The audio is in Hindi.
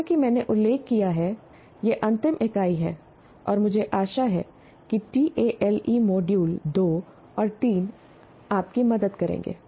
जैसा कि मैंने उल्लेख किया है यह अंतिम इकाई है और मुझे आशा है कि टीएएलई मॉड्यूल 2 और 3 आपकी मदद करेंगे